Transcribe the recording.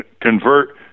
convert